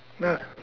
no